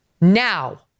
now